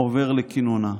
לעבר לכינונה.